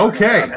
Okay